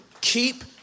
Keep